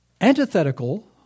Antithetical